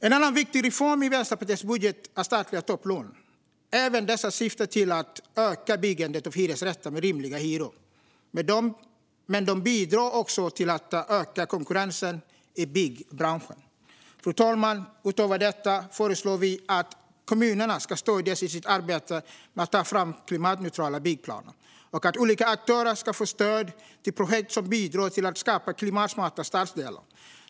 En annan viktig reform i Vänsterpartiets budget handlar om statliga topplån. Även detta syftar till att öka byggandet av hyresrätter med rimliga hyror, och det bidrar också till att öka konkurrensen i byggbranschen. Fru talman! Utöver detta föreslår vi att kommunerna ska stödjas i sitt arbete med att ta fram klimatneutrala byggplaner och att olika aktörer ska få stöd till projekt som bidrar till att skapa klimatsmarta stadsdelar.